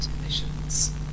emissions